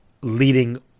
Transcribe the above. leading